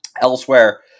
Elsewhere